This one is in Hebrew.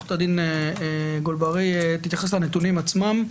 עורכת הדין גולברי תתייחס לנתונים עצמם.